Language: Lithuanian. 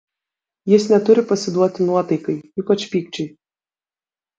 jis neturi pasiduoti nuotaikai ypač pykčiui